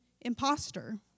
imposter